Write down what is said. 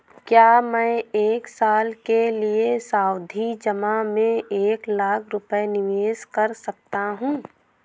क्या मैं एक साल के लिए सावधि जमा में एक लाख रुपये निवेश कर सकता हूँ?